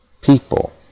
people